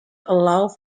allows